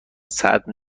صدر